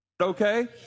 okay